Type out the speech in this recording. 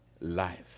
life